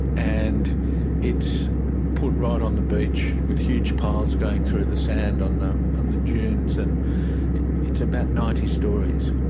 and it's put right on the beach, with huge piles going through the sand on the and the dunes and it's about ninety storeys.